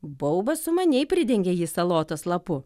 baubas sumaniai pridengė jį salotos lapu